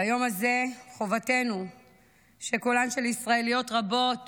ביום הזה חובתנו שקולן של ישראליות רבות